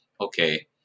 okay